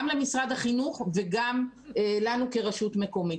למשרד החינוך וגם לנו כרשויות מקומיות.